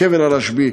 קבר הרשב"י,